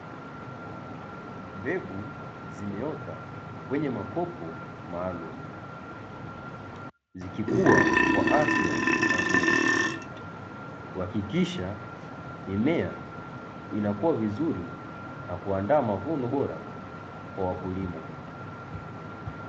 Mbegu zimeota kwenye makopo maalumu zikikuwa kwa afya na kisha kuandaa mavumo bora kwa wakulilma.